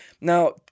Now